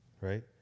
right